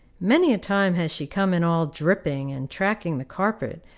many a time has she come in all dripping, and tracking the carpet,